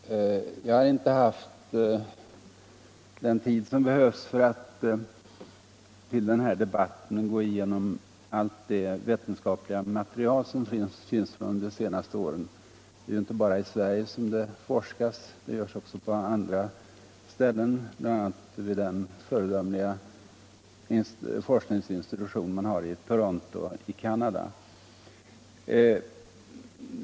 Herr talman! Jag har inte haft den tid som behövts för att till den här debatten gå igenom allt det vetenskapliga material som finns från de senaste åren. Det är ju inte bara i Sverige som det forskas, det görs också på andra ställen, bl.a. vid den föredömliga alkoholforskningsinstitution man har i Toronto i Canada.